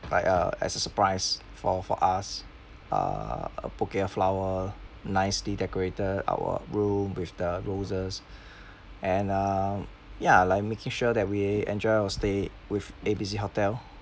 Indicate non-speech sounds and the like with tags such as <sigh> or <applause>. like uh as a surprise for for us uh a bouquet of flower nicely decorated our room with the roses <breath> and uh ya like making sure that we enjoy our stay with A B C hotel